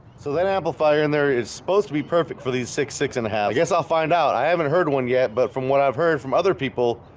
so that amplifier in there is supposed to be perfect for these six six and a half. yes. i'll find out i haven't heard one yet. but from what i've heard from other people,